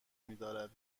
میدارد